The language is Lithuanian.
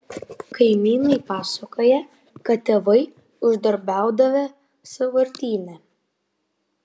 kaimynai pasakoja kad tėvai uždarbiaudavę sąvartyne